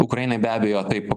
ukrainai be abejo taip